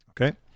Okay